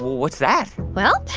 what's that? well,